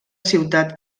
ciutat